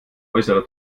äußere